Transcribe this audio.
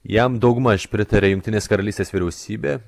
jam daugmaž pritarė jungtinės karalystės vyriausybė